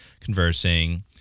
conversing